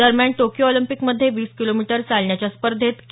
दरम्यान टोकियो ऑलिम्पिकमध्ये वीस किलो मीटर चालण्याच्या स्पर्धेत के